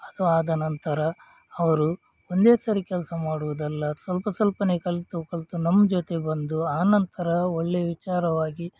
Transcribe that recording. ಅದು ಆದ ನಂತರ ಅವರು ಒಂದೇ ಸರಿ ಕೆಲಸ ಮಾಡುವುದಲ್ಲ ಸ್ವಲ್ಪ ಸ್ವಲ್ಪನೇ ಕಲಿತು ಕಲಿತು ನಮ್ಮ ಜೊತೆ ಬಂದು ಅನಂತರ ಒಳ್ಳೆಯ ವಿಚಾರವಾಗಿ